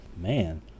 man